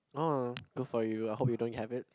oh good for you I hope you don't have it